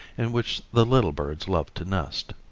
in which the little birds love to nest.